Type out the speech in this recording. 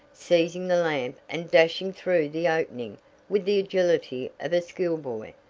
seizing the lamp and dashing through the opening with the agility of a schoolboy.